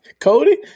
cody